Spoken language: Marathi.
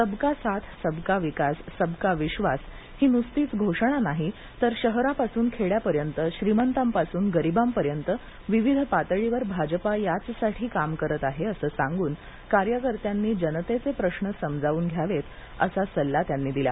सबका साथ सबका विकास सबका विश्वास ही नुसतीच घोषणा नाही तर शहरापासून खेड्यापर्यंत श्रीमंतांपासून गरीबांपर्यंत विविध पातळीवर भाजपा याचसाठी काम करत आहे असं सांगून कार्यकर्त्यांनी जनतेचे प्रश्न समजावून घ्यावेत असा सल्ला त्यांनी दिला